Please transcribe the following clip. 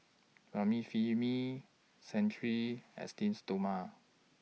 Remifemin Cetrimide Esteem Stoma